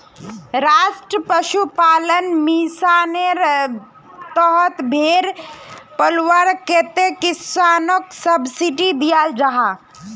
राष्ट्रीय पशुपालन मिशानेर तहत भेड़ पलवार तने किस्सनोक सब्सिडी दियाल जाहा